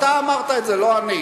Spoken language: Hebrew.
אתה אמרת את זה, לא אני.